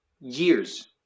years